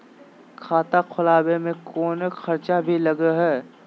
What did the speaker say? खाता खोलावे में कौनो खर्चा भी लगो है?